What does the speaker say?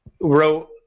wrote